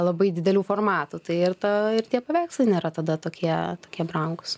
labai didelių formatų tai ir ta ir tie paveikslai nėra tada tokie tokie brangūs